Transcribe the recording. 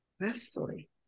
restfully